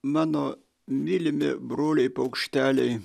mano mylimi broliai paukšteliai